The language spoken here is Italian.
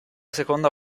seconda